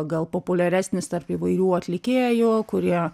gal populiaresnis tarp įvairių atlikėjų kurie